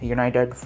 United